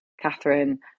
Catherine